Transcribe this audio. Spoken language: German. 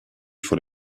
vor